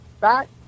back